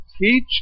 Teach